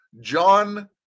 John